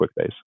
QuickBase